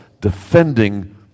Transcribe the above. defending